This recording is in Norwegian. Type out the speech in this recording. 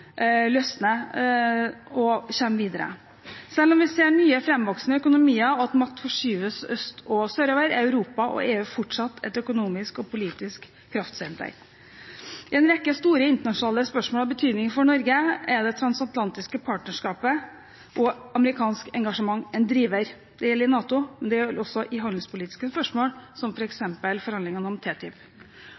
og kommer videre. Selv om vi ser nye framvoksende økonomier, og at makt forskyves øst- og sørover, er Europa og EU fortsatt et økonomisk og politisk kraftsenter. I en rekke store internasjonale spørsmål av betydning for Norge er det transatlantiske partnerskapet og det amerikanske engasjementet en driver. Det gjelder NATO, og det gjelder også i handelspolitiske spørsmål, som f.eks. forhandlingene om TTIP. Foruten de rent økonomiske effektene beskrives TTIP